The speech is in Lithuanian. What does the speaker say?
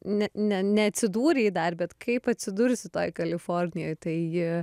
ne ne neatsidūrei dar bet kaip atsidursi toj kalifornijoj tai